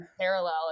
Parallel